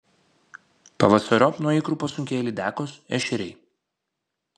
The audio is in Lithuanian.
pavasariop nuo ikrų pasunkėja lydekos ešeriai